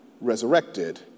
resurrected